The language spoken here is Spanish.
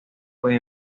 fue